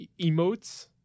emotes